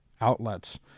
outlets